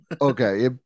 Okay